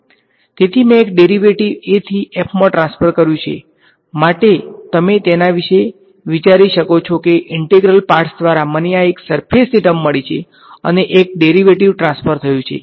તેથી મેં એક ડેરીવેટીવને થી f માં ટ્રાન્સફર કર્યું છે માટે તમે તેના વિશે વિચારી શકો છો કે ઈંટેગ્રેશન પાર્ટસ દ્વારા મને આ એક સર્ફેસ ની ટર્મ મળી છે અને એક ડેરીવેટીવ ટ્રાન્સફર થયું છે